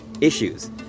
issues